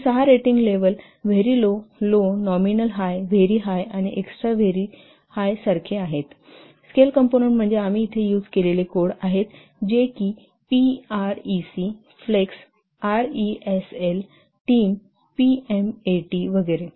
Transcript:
हे सहा rating level आहेत very low low nominal high very high आणि एक्सट्रा व्हेरी हाय सारखे स्केल कंपोनंन्ट आहेत जसे की PREC flex RESL team PMAT वगैरे